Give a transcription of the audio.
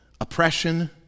oppression